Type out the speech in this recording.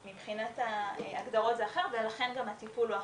מבחינת ההגדרות זה אחרת ולכן גם הטיפול הוא אחר.